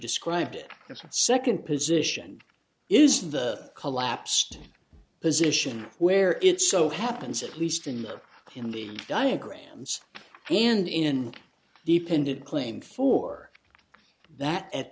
described it as a second position is the collapsed position where it so happens at least in the in the diagrams and in depended claim for that at